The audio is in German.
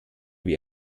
wie